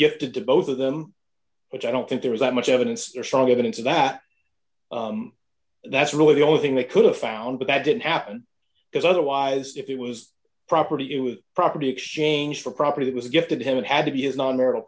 gifted to both of them which i don't think there is that much evidence your strong evidence that that's really the only thing they could have found but that didn't happen because otherwise if it was property it was property exchanged for property that was gifted haven't had to be as non marital